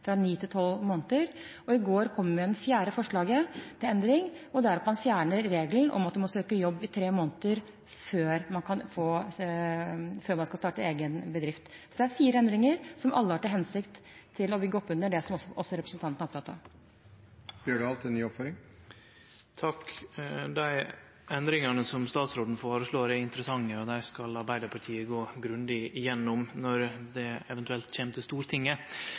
fra ni til tolv måneder og – i går kom vi med det fjerde forslaget til endring – å fjerne regelen om at man må søke jobb i tre måneder før man skal starte egen bedrift Det er fire endringer som alle har til hensikt å bygge oppunder det som også representanten er opptatt av. Dei endringane som statsråden føreslår, er interessante, og dei skal Arbeidarpartiet gå grundig gjennom når dei eventuelt kjem til Stortinget.